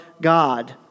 God